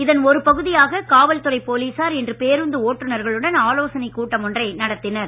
இதன் ஒரு பகுதியாக காவல்துறை போலீசார் இன்று பேருந்து ஓட்டுநர்களுடன் ஆலோசனைக் கூட்டம் ஒன்றை நடத்தினர்